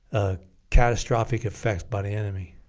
ah catastrophic effects by the enemy